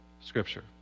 Scripture